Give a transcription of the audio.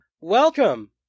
Welcome